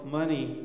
money